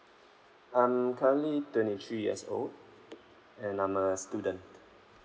I'm currently twenty three years old and I'm a student